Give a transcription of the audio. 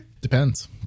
depends